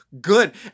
good